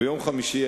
ביום חמישי,